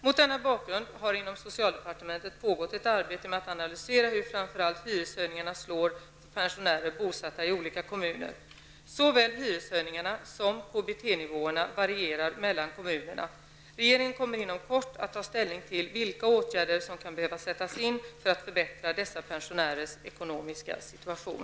Mot denna bakgrund har inom socialdepartementet pågått ett arbete med att analysera hur framför allt hyreshöjningarna slår för pensionärer bosatta i olika kommuner. Såväl hyreshöjningarna som KBT-nivåerna varierar mellan kommunerna. Regeringen kommer inom kort att ta ställning till vilka åtgärder som kan behöva sättas in för att förbättra dessa pensionärers ekonomiska situation.